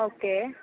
okay